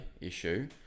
issue